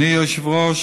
אדוני היושב-ראש,